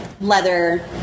leather